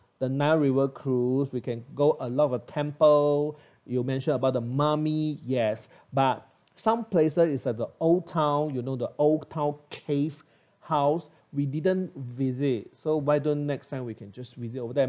the nile river cruise we can go a lot of temple you mention about the mummy yes but some places is at the old town you know the old town cave house we didn't visit so why don't next time we can just revisit all of them